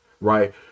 right